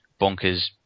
bonkers